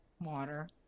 water